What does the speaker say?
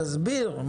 תסביר.